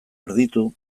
erditu